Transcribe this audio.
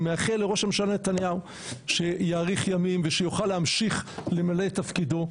אני מאחל לראש הממשלה נתניהו שיאריך ימים ושיוכל להמשיך למלא את תפקידו,